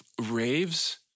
raves